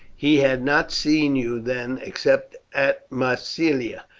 he had not seen you then except at massilia,